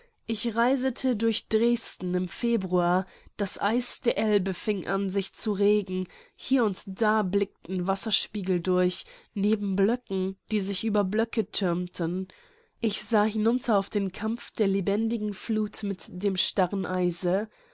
ich reisete durch dresden im februar das eis der elbe fing an sich zu regen hier und da blickten wasserspiegel durch neben blöcken die sich über blöcke thürmten ich sah hinunter auf den kampf der lebendigen fluth mit dem starren eise